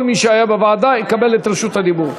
כל מי שהיה בוועדה יקבל את רשות הדיבור.